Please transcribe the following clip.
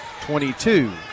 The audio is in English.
22